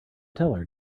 teller